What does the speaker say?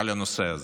על הנושא הזה.